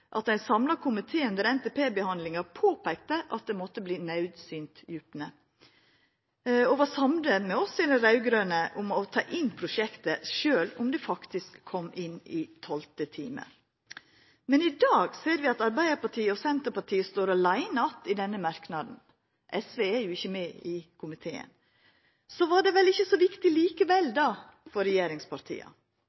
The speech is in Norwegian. at ein samla komité under NTP-behandlinga påpeikte at det måtte verta naudsynt djupne, og var samd med oss raud-grøne om å ta inn prosjektet, sjølv om det faktisk kom inn i tolvte time. Men i dag ser vi at Arbeidarpartiet og Senterpartiet står att aleine i denne merknaden – SV er jo ikkje med i komiteen. Så var det vel ikkje så viktig for regjeringspartia likevel.